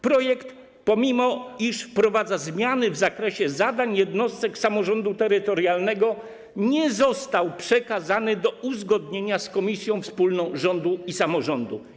Projekt, mimo że wprowadza zmiany w zakresie zadań jednostek samorządu terytorialnego, nie został przekazany do uzgodnienia z komisją wspólną rządu i samorządu.